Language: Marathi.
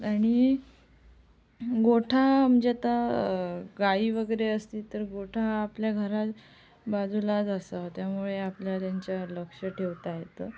आणि गोठा म्हणजे आता गाई वगैरे असतील तर गोठा हा आपल्या घरा बाजूलाच असावा त्यामुळे आपल्याला त्यांच्यावर लक्ष ठेवता येतं